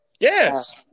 Yes